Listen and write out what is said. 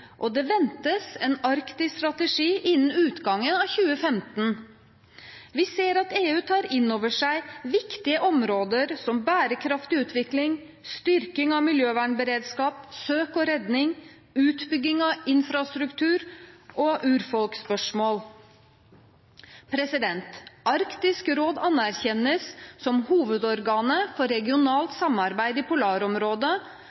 og det ventes en arktisk strategi innen utgangen av 2015. Vi ser at EU tar inn over seg viktige områder som bærekraftig utvikling, styrking av miljøvernberedskap, søk og redning, utbygging av infrastruktur og urfolksspørsmål. Arktisk råd anerkjennes som hovedorganet for